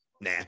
nah